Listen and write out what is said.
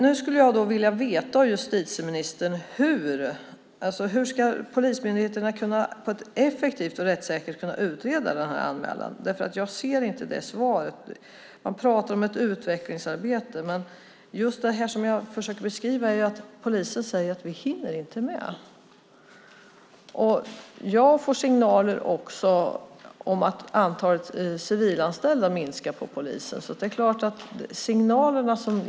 Nu skulle jag vilja veta av justitieministern hur polismyndigheterna på ett effektivt och rättssäkert sätt ska kunna utreda den här anmälan. Jag ser inte det i svaret. Man pratar om ett utvecklingsarbete, men just det som jag försöker beskriva är att polisen säger att de inte hinner med. Jag får också signaler om att antalet civilanställda minskar hos polisen.